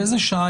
מאיזה שעה